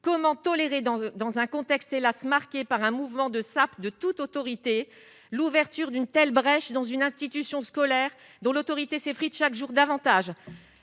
comment tolérer dans dans un contexte, hélas, marquée par un mouvement de SAP, de toute autorité, l'ouverture d'une telle brèche dans une institution scolaire dont l'autorité s'effrite chaque jour davantage